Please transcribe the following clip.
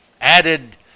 added